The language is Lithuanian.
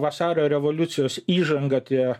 vasario revoliucijos įžanga tie